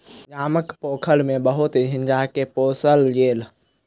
गामक पोखैर में बहुत झींगा के पोसल गेल